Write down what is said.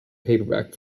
paperback